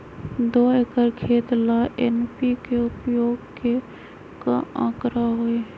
दो एकर खेत ला एन.पी.के उपयोग के का आंकड़ा होई?